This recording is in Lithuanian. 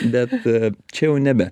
bet čia jau nebe